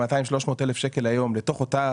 ה-200,000-300,000 שקלים היום לתוך אותה